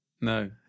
No